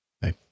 Hey